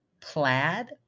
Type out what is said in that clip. plaid